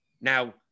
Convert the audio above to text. Now